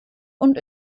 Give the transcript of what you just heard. und